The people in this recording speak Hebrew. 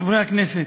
חברי הכנסת,